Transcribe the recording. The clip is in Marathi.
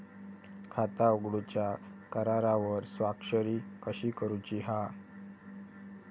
खाता उघडूच्या करारावर स्वाक्षरी कशी करूची हा?